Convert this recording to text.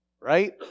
right